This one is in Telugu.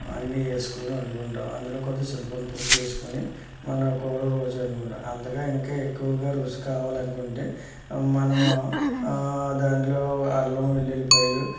అన్నీ వేసుకుని వండుకుంటాం అందులో కొంచెం చింతపండు పులుసు వేసుకుని మన కూర రోజు వండుకుంటాం అంతగా ఇంకా ఎక్కువగా రుచి కావాలనుకుంటే మనము దాంట్లో అల్లం వెల్లుల్లి పాయలు